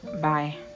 Bye